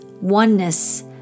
oneness